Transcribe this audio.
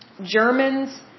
Germans